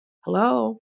hello